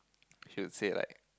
she would say like